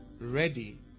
ready